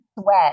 sweat